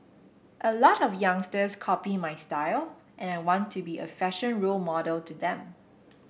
a lot of youngsters copy my style and I want to be a fashion role model to them